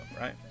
right